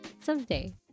Someday